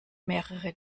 mehrere